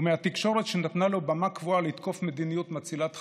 ומהתקשורת שנתנה לו במה קבועה לתקוף מדיניות מצילת חיים.